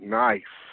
nice